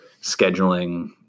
scheduling